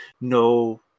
No